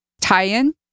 tie-in